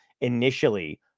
initially